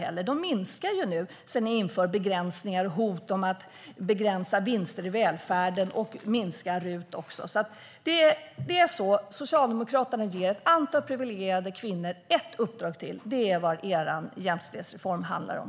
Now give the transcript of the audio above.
De har minskat i antal sedan ni har infört begränsningar, hotat med att begränsa vinster i välfärden och minskat RUT. Socialdemokraterna ger ett antal privilegierade kvinnor ett uppdrag till. Det är vad er jämställdhetsreform handlar om.